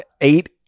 eight